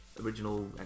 original